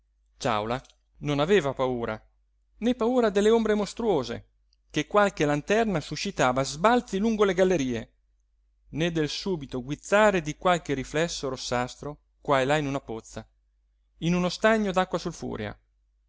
morte ciàula non aveva paura né paura delle ombre mostruose che qualche lanterna suscitava a sbalzi lungo le gallerie né del subito guizzare di qualche riflesso rossastro qua e là in una pozza in uno stagno d'acqua